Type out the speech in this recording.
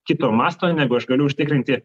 kito masto negu aš galiu užtikrinti